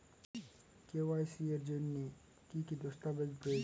KYC এর জন্যে কি কি দস্তাবেজ প্রয়োজন?